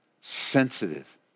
Sensitive